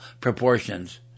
proportions